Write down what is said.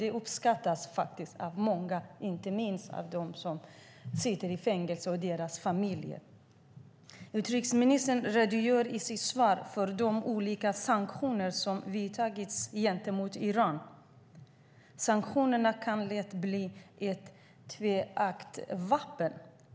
Det uppskattas av många, inte minst av dem som sitter i fängelse och av deras familjer. Utrikesministern redogör i sitt svar för de olika sanktioner som har vidtagits gentemot Iran. Sanktioner kan lätt bli ett tveeggat vapen.